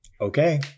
okay